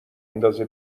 ندازه